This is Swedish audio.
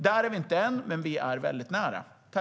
Där är vi inte än, men vi är väldigt nära.